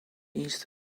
east